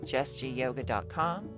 JessGyoga.com